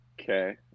Okay